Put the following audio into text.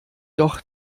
doch